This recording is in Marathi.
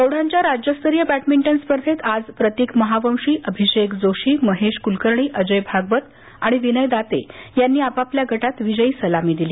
प्रौढांच्या राज्यस्तरीय बॅडमिंटन स्पर्धेंत आज प्रतिक महावंशी अभिषेक जोशी महेश कुलकर्णी अजय भागवत आणि विनय दाते यांनी आपापल्या गटात विजयी सलामी दिली